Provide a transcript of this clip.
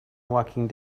walking